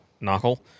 knuckle